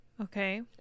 Okay